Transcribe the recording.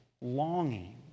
longing